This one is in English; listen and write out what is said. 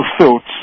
thoughts